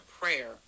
prayer